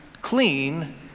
clean